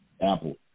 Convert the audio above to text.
Apple